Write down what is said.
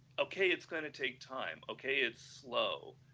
okay it's going to take time, okay its slow,